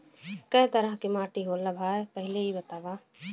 कै तरह के माटी होला भाय पहिले इ बतावा?